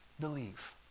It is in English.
believe